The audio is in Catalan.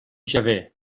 jahvè